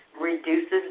reduces